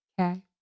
okay